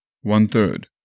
One-third